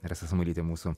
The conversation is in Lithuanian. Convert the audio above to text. rasa samuolytė mūsų